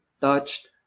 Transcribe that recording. touched